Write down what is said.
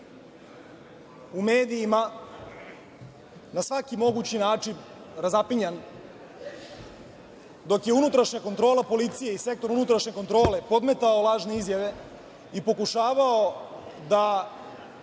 u medijima na svaki mogući način razapinjan, dok je unutrašnja kontrola policije i Sektor unutrašnje kontrole podmetao lažne izjave i pokušavao da